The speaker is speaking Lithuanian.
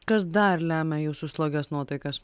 kas dar lemia jūsų slogias nuotaikas